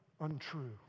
untrue